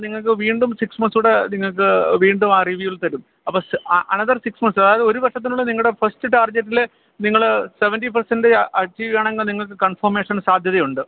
നിങ്ങള്ക്ക് വീണ്ടും സിക്സ് മന്ത്സ്സൂടെ നിങ്ങള്ക്ക് വീണ്ടും ആ റിവ്യൂവിൽ തരും അപ്പോള് അനഥർ സിക്സ് അതായത് ഒരു വർഷത്തിനുള്ള നിങ്ങളുടെ ഫസ്റ്റ് ടാർജെറ്റില് നിങ്ങള് സെവെൻറ്റി പെർസെൻറ്റ് അച്ചിവ് ചെയ്യുവാണെങ്കിൽ നിങ്ങള്ക്ക് കൺഫോർമേഷന് സാധ്യതയുണ്ട്